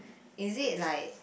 is it like